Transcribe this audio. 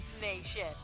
Nation